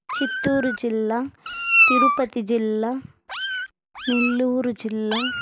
చిత్తూరు జిల్లా తిరుపతి జిల్లా నెల్లూరు జిల్లా